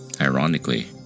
Ironically